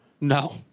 No